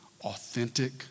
authentic